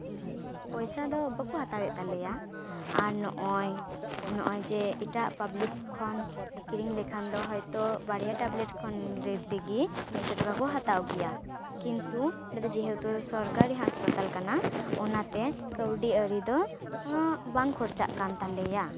ᱯᱚᱭᱥᱟ ᱫᱚ ᱵᱟᱠᱚ ᱦᱟᱛᱟᱣᱮᱫ ᱛᱟᱞᱮᱭᱟ ᱟᱨ ᱱᱚᱜᱼᱚᱭ ᱱᱚᱜ ᱚᱭᱡᱮ ᱮᱴᱟᱜ ᱯᱟᱵᱽᱞᱤᱠ ᱠᱷᱚᱱ ᱠᱤᱨᱤᱧ ᱞᱮᱠᱷᱟᱱ ᱫᱚ ᱦᱚᱭᱛᱚ ᱵᱟᱨᱭᱟ ᱴᱮᱵᱽᱞᱮᱴ ᱠᱷᱚᱱ ᱛᱮᱜᱮ ᱢᱤᱫᱥᱚ ᱴᱟᱠᱟ ᱠᱚ ᱦᱟᱛᱟᱣ ᱠᱮᱭᱟ ᱠᱤᱱᱛᱩ ᱡᱮᱦᱮᱛᱩ ᱥᱚᱨᱠᱟᱨᱤ ᱦᱟᱥᱯᱟᱛᱟᱞ ᱠᱟᱱᱟ ᱚᱱᱟᱛᱮ ᱠᱟᱹᱣᱰᱤ ᱟᱹᱨᱤ ᱫᱚ ᱵᱟᱝ ᱠᱷᱚᱨᱪᱟᱜ ᱠᱟᱱ ᱛᱟᱞᱮᱭᱟ